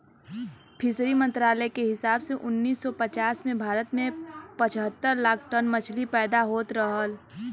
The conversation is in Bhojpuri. फिशरी मंत्रालय के हिसाब से उन्नीस सौ पचास में भारत में पचहत्तर लाख टन मछली पैदा होत रहल